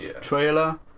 trailer